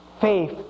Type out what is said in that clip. faith